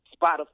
Spotify